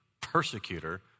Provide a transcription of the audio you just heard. persecutor